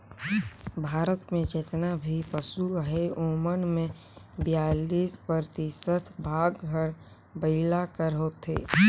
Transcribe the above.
भारत में जेतना भी पसु अहें ओमन में बियालीस परतिसत भाग हर बइला कर होथे